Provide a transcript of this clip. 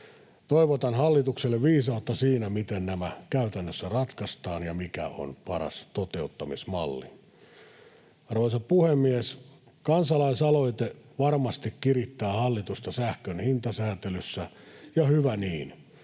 Toivotan hallitukselle viisautta siinä, miten nämä käytännössä ratkaistaan ja mikä on paras toteuttamismalli. Arvoisa puhemies! Kansalaisaloite varmasti kirittää hallitusta sähkön hintasääntelyssä, ja hyvä niin.